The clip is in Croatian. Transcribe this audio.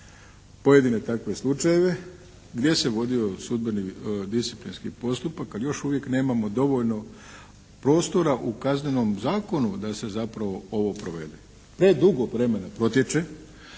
pojedine takve slučajeve gdje se vodio sudbeni disciplinski postupak ali još uvijek nemamo dovoljno prostora u Kaznenom zakonu da se zapravo ovo provede. Predugo vremena protječe